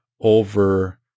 over